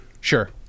Sure